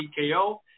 TKO